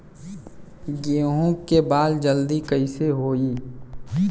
गेहूँ के बाल जल्दी कईसे होई?